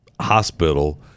hospital